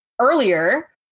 earlier